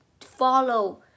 follow